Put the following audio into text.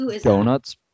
donuts